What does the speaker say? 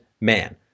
man